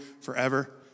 forever